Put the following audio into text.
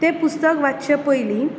तें पुस्तक वाचच्या पयलीं